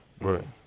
Right